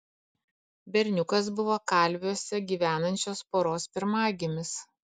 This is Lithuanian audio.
berniukas buvo kalviuose gyvenančios poros pirmagimis